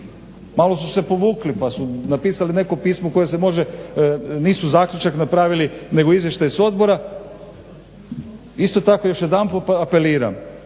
Malo su se povukli, pa su napisali neko pismo koje se može, nisu zaključak napravili nego izvještaj s odbora. Isto tako još jedanput apeliram